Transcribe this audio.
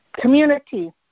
community